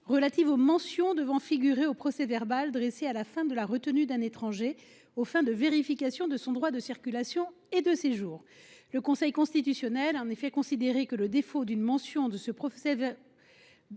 relative aux mentions devant figurer au procès verbal dressé à la fin de la retenue d’un étranger aux fins de vérification de son droit de circulation et de séjour. Le Conseil a ainsi considéré que le défaut d’une mention à ce procès verbal